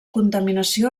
contaminació